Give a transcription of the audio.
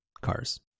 cars